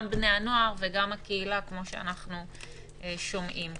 גם בני הנוער וגם הקהילה, כפי שאנחנו שומעים כאן.